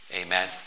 Amen